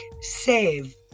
save